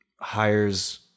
hires